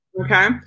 Okay